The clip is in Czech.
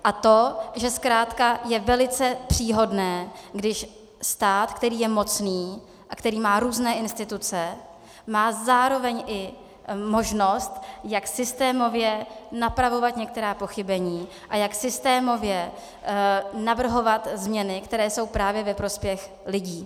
A to, že zkrátka je velice příhodné, když stát, který je mocný a který má různé instituce, má zároveň i možnost, jak systémově napravovat některá pochybení a jak systémově navrhovat změny, které jsou právě ve prospěch lidí.